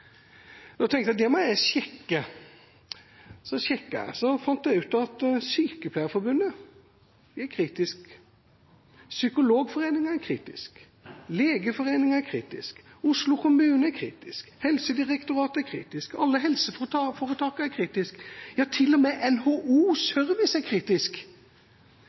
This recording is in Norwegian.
at det må jeg sjekke. Jeg sjekket og fant ut at Sykepleierforbundet er kritisk, Psykologforeninga er kritisk, Legeforeninga er kritisk, Oslo kommune er kritisk, Helsedirektoratet er kritisk, alle helseforetakene er kritiske – ja til og med NHO Service er kritisk.